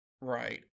Right